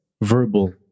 verbal